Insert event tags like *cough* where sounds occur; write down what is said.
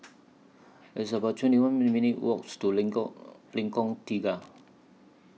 It's about twenty one *unintelligible* minutes' Walk to Lengkong Lengkong Tiga